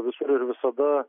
visur ir visada